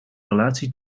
relatie